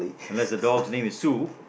unless the dog name is Sue